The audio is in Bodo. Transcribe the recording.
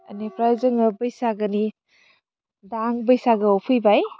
आनिफ्राय जोङो बैसागोनि दा आं बैसागोआव फैबाय